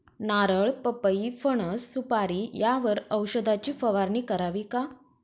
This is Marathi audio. नारळ, पपई, फणस, सुपारी यावर औषधाची फवारणी करावी का?